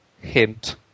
Hint